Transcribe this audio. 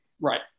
right